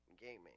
gaming